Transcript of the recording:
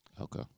Okay